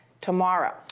tomorrow